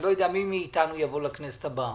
אני לא יודע מי מאיתנו יבוא לכנסת הבאה.